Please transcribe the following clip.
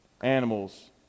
animals